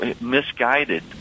misguided